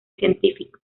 científico